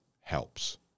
helps